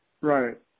Right